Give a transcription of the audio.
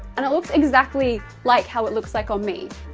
and it looks exactly like how it looks like on me,